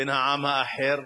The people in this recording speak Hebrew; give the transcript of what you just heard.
בן העם האחר?